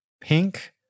pink